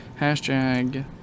hashtag